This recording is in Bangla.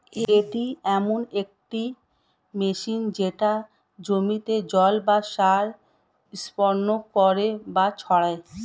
এটি এমন একটি মেশিন যেটা জমিতে জল বা সার স্প্রে করে বা ছড়ায়